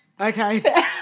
Okay